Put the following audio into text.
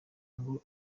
ngo